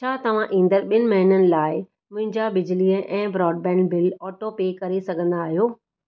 छा तव्हां ईंदड़ु बि॒नि महिननि लाइ मुंहिंजा बिजलीअ ऐं ब्रॉडबैंड बिल ऑटोपे करे सघंदा आहियो